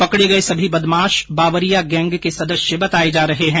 पकडे गये सभी बदमाश बावरिया गैंग के सदस्य बताये जा रहे है